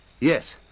Yes